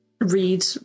read